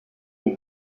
les